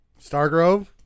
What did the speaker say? Stargrove